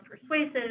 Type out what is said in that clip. persuasive